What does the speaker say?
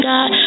God